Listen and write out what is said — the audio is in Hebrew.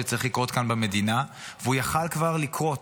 שצריך לקרות כאן במדינה והוא יכול כבר לקרות.